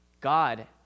God